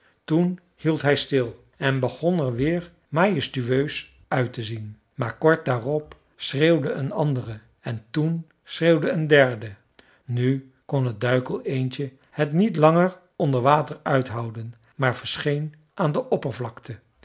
toen hield hij stil en begon er weer majestueus uit te zien maar kort daarop schreeuwde een andere en toen schreeuwde een derde nu kon het duikeleendje het niet langer onder water uithouden maar verscheen aan de oppervlakte